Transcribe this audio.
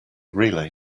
relay